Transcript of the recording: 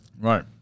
Right